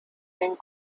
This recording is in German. den